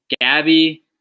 Gabby